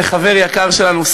לחבר יקר שלנו,